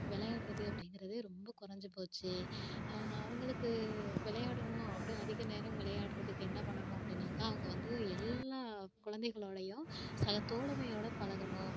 விளையாடுறது அப்படிங்கிறது ரொம்ப குறஞ்சி போச்சி அவங்களுக்கு விளையாடணும் அப்படி அதிக நேரம் விளையாடுகிறதுக்கு என்ன பண்ணணும் அப்படின்னாக்கா அவங்க வந்து எல்லா குழந்தைகளோடையும் சகத்தோழமையோட பழகணும்